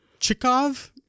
Chikov